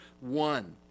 one